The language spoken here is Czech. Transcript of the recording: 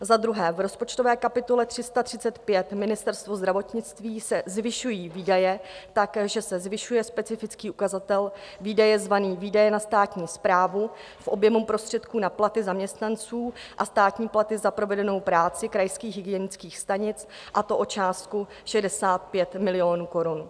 V rozpočtové kapitole 335 Ministerstvo zdravotnictví se zvyšují výdaje tak, že se zvyšuje specifický ukazatel výdaje zvaný Výdaje na státní správu v objemu prostředků na platy zaměstnanců a státní platy za provedenou práci krajských hygienických stanic, a to o částku 65 milionů korun.